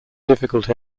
difficult